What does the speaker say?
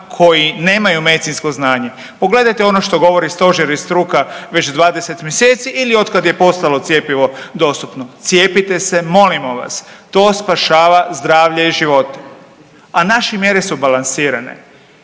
koji nemaju medicinsko znanje? Pogledajte ono što govori stožer i struka već 20 mjeseci ili otkad je postalo cjepivo dostupno, cijepite se molimo vas to spašava zdravlje i živote, a naše mjere su balansirane.